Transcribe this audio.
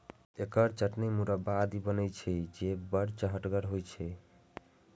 एकर चटनी, मुरब्बा आदि बनै छै, जे बड़ चहटगर होइ छै